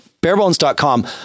Barebones.com